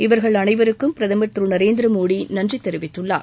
இவர்கள் அனைவருக்கும் பிரதமர் திரு நரேந்திர மோடி நன்றித் தெரிவித்துள்ளார்